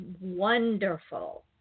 wonderful